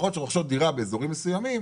משפחות שרוכשות דירה באיזורים מסוימים